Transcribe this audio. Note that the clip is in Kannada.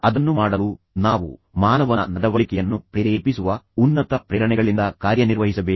ಅದನ್ನು ಮಾಡಲು ನಾವು ಮಾನವನ ನಡವಳಿಕೆಯನ್ನು ಪ್ರೇರೇಪಿಸುವ ಉನ್ನತ ಪ್ರೇರಣೆಗಳಿಂದ ಕಾರ್ಯನಿರ್ವಹಿಸಬೇಕು